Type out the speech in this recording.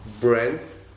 brands